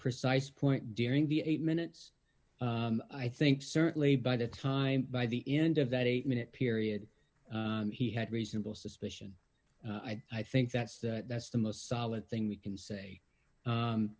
precise point during the eight minutes i think certainly by the time by the end of that eight minute period he had reasonable suspicion i think that's that's the most solid thing we can say